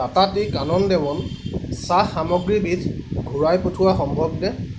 Tata tea Kanan Devan চাহ সামগ্ৰীবিধ ঘূৰাই পঠিওৱা সম্ভৱনে